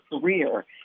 career